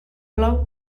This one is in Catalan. plou